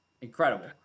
incredible